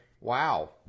Wow